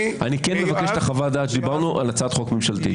אני כן מבקש את חוות הדעת דיברנו על הצעת חוק ממשלתית.